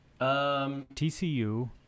TCU